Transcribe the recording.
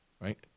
right